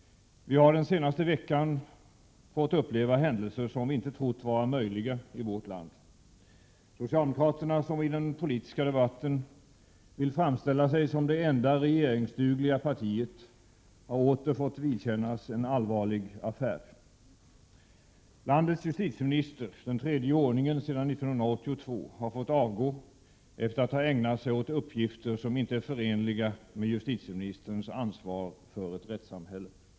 Vi har den senaste veckan fått uppleva händelser som vi inte trott vara möjliga i vårt land. Socialdemokraterna, som i den politiska debatten vill framställa sig som det enda regeringsdugliga partiet, har åter fått vidkännas en allvarlig ”affär”. Landets justitieminister, den tredje i ordningen sedan 1982, har fått avgå efter att ha ägnat sig åt uppgifter som inte är förenliga med justitieministerns ansvar för ett rättssamhälle.